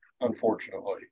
unfortunately